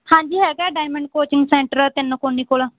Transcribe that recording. ਹਾਂਜੀ ਹੈਗਾ ਹੈ diamond coaching centre Tinkoni ਕੋਲ